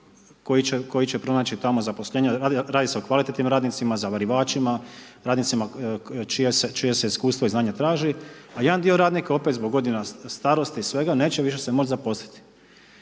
koji će pronaći tamo zaposlenja, radi s2e o kvalitetnim radnicima, zavarivačima, radnicima čija se iskustva i znanja traži a jedan dio radnika opet zbog godina starosti i svega, neće se više moći zaposliti.